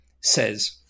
says